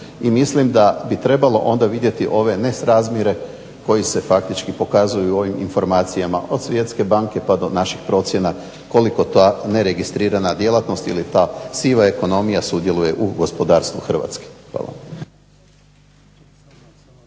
mislim da bi trebalo vidjeti ove nesrazmjerne koji se faktički pokazuju u ovim informacijama, od svjetske banke pa do naših procjena kolika ta neregistrirana djelatnost ili ta siva ekonomija sudjeluje u gospodarstvu HRvatske. Hvala.